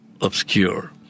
obscure